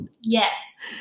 yes